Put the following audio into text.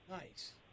Nice